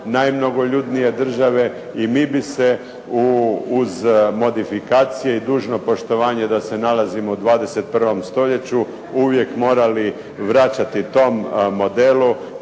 najmnogoljudnije države i mi bi se uz modifikacije i uz dužno poštovanje da se nalazimo u 21. stoljeću uvijek morali vraćati tom modelu,